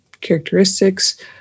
characteristics